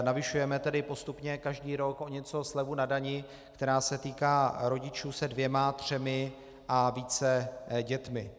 Navyšujeme tedy postupně každý rok o něco slevu na dani, která se týká rodičů se dvěma, třemi a více dětmi.